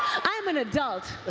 i'm an adult. ah